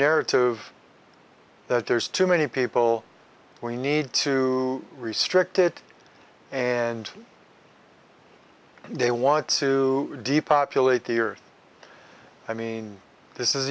narrative that there's too many people we need to restrict it and they want to depopulate the earth i mean this is